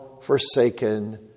forsaken